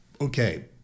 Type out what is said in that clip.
Okay